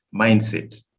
mindset